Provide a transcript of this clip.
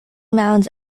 mounds